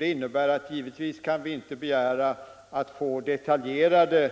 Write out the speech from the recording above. Det innebär att vi givetvis inte kan begära att få detaljerade